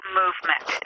movement